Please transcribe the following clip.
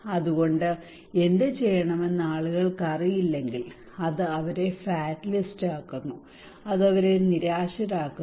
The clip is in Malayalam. അതുകൊണ്ട് എന്തുചെയ്യണമെന്ന് ആളുകൾക്ക് അറിയില്ലെങ്കിൽ അത് അവരെ ഫാറ്റലിസ്റ് ആക്കുന്നു അത് അവരെ നിരാശരാക്കുന്നു